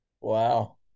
Wow